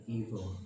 evil